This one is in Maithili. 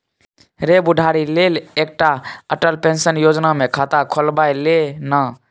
रे बुढ़ारी लेल एकटा अटल पेंशन योजना मे खाता खोलबाए ले ना